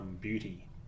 beauty